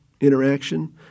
interaction